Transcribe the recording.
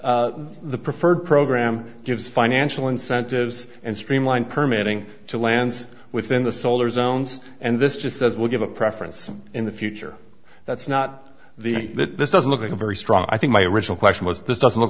there's the preferred program gives financial incentives and streamlined permeating to lands within the solar zones and this just as well give a preference in the future that's not the that this doesn't look like a very strong i think my original question was this doesn't look